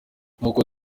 nkuko